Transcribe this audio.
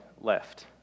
left